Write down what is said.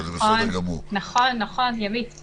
הצבעה